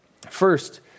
First